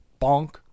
bonk